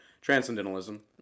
transcendentalism